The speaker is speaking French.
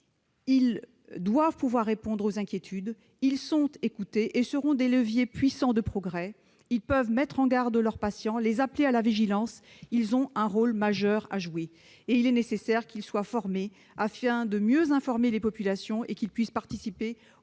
Ils doivent pouvoir répondre aux inquiétudes. Ils sont écoutés et seront des leviers puissants de progrès. Ils peuvent mettre en garde leurs patients, les appeler à la vigilance. Ils ont un rôle majeur à jouer. Il est nécessaire qu'ils soient formés, afin de pouvoir mieux informer les populations et participer au